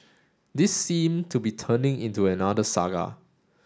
this seem to be turning into another saga